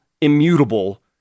immutable